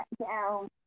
down